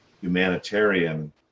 humanitarian